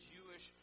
Jewish